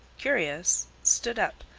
curious, stood up,